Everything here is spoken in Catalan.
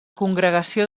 congregació